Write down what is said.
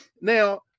Now